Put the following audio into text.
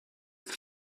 have